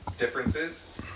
differences